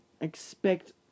expect